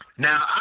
Now